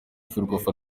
ferwafa